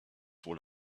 wohl